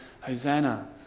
Hosanna